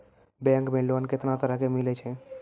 Bank मे loan कैतना तरह के मिलै छै?